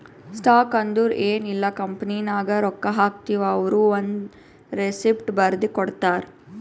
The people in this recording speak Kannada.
ಸ್ಟಾಕ್ ಅಂದುರ್ ಎನ್ ಇಲ್ಲ ಕಂಪನಿನಾಗ್ ರೊಕ್ಕಾ ಹಾಕ್ತಿವ್ ಅವ್ರು ಒಂದ್ ರೆಸಿಪ್ಟ್ ಬರ್ದಿ ಕೊಡ್ತಾರ್